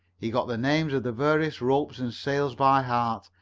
he got the names of the various ropes and sails by heart,